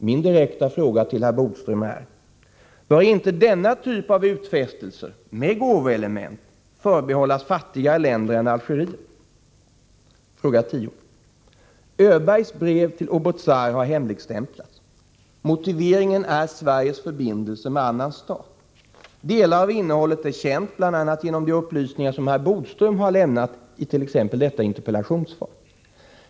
Min direkta fråga till herr Bodström är: Bör inte denna typ av utfästelser, Om BPA:s affärer i med gåvoelement, förbehållas fattigare länder än Algeriet? Fråga 10: Öbergs brev till Oubouzar har hemligstämplats. Motiveringen är Sveriges förbindelser med annan stat. Delar av innehållet är känt, bl.a. genom de upplysningar som herr Bodström har lämnat i t.ex. detta interpellationssvar.